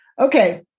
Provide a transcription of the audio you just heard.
Okay